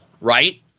Right